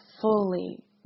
fully